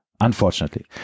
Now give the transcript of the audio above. unfortunately